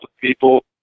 people